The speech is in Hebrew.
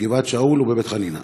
בגבעת-שאול ובבית-חנינא.